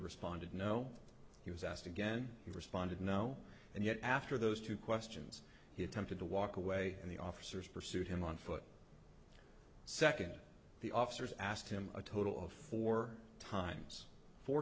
responded no he was asked again he responded no and yet after those two questions he attempted to walk away and the officers pursued him on foot second the officers asked him a total of four times four